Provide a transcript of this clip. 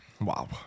wow